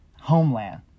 homeland